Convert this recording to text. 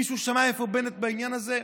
מישהו שמע איפה בנט בעניין הזה?